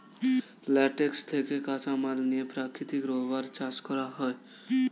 latex থেকে কাঁচামাল নিয়ে প্রাকৃতিক রাবার চাষ করা হয়